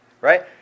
right